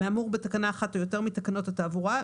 מהאמור בתקנה אחת או יותר מתקנות התעבורה,